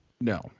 No